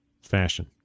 fashion